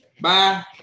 Bye